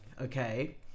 okay